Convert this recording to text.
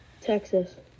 Texas